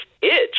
itch